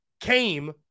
came